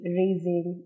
raising